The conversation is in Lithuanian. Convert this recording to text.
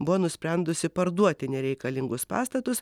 buvo nusprendusi parduoti nereikalingus pastatus